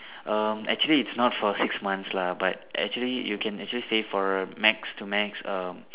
um actually it's not for six months lah but actually you can actually stay for max to max um